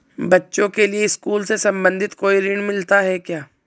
बच्चों के लिए स्कूल से संबंधित कोई ऋण मिलता है क्या?